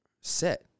set